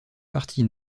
partie